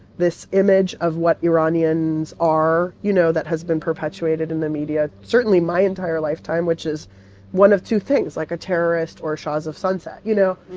this image of what iranians are, you know, that has been perpetuated in the media, certainly my entire lifetime, which is one of two things like, a terrorist or shahs of sunset, you know?